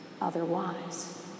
otherwise